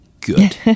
Good